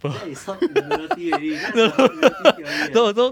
that is herd immunity already that's the herd immunity theory eh